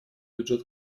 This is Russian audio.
бюджет